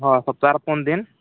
ᱦᱚᱸ ᱥᱚᱯᱛᱟᱨᱮ ᱯᱩᱱᱫᱤᱱ